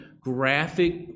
graphic